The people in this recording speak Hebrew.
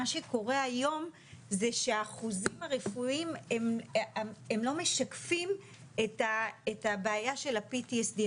מה שקורה היום זה שהאחוזים הרפואיים הם לא משקפים את הבעיה של ה-PTSD,